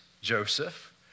Joseph